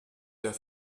der